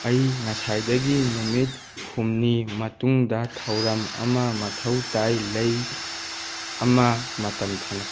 ꯑꯩ ꯉꯁꯥꯏꯗꯒꯤ ꯅꯨꯃꯤꯠ ꯍꯨꯝꯅꯤ ꯃꯇꯨꯡꯗ ꯊꯧꯔꯝ ꯑꯃ ꯃꯊꯧ ꯇꯥꯏ ꯂꯩ ꯑꯃ ꯃꯇꯝ ꯊꯥꯅꯧ